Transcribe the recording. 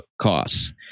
costs